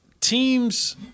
teams